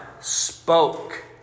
spoke